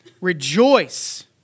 rejoice